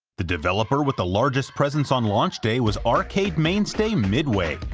the developer with the largest presence on launch day was arcade mainstay midway,